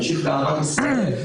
נמשיך באהבת ישראל.